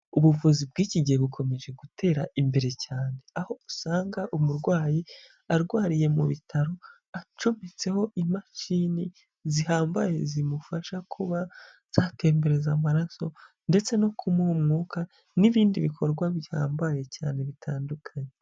Ubuvuzi bw'iki gihe bukomeje gutera imbere cyane. Aho usanga umurwayi arwariye mu bitaro, acometseho imashini zihambaye zimufasha kuba zatembereza amaraso ndetse no kumuha umwuka n'ibindi bikorwa bihambaye cyane bitandukanye.